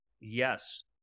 yes